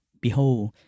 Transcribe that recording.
Behold